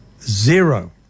zero